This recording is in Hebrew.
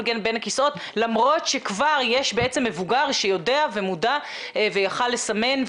בין הכיסאות למרות שכבר יש בעצם מבוגר שיודע ומודע ויכול היה לסמן.